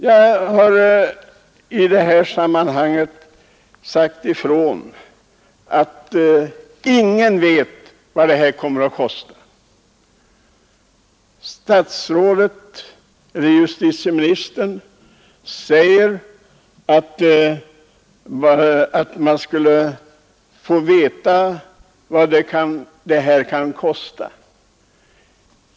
Jag har sagt att ingen vet vad detta kommer att kosta. Justitieministern säger att man skall få veta vad det kan kosta.